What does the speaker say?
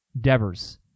Devers